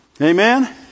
Amen